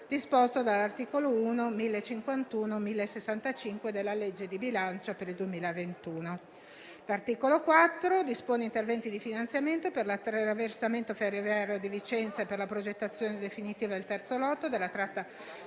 disposto dall'articolo 1, commi 1051-1065, della legge di bilancio per il 2021. L'articolo 4 dispone interventi di finanziamento per l'attraversamento ferroviario di Vicenza e per la progettazione definitiva del terzo lotto della tratta